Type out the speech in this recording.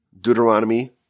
Deuteronomy